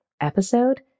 episode